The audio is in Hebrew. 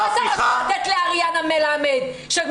לי אריאנה מלמד?